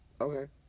Okay